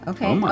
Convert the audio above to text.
Okay